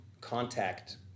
contact